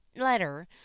letter